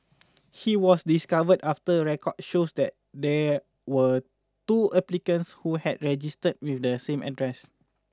he was discovered after record shows that there were two applicants who had registered with the same address